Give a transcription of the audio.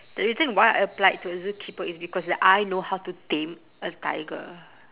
the reason why I applied to a zookeeper is because that I know how to tame a tiger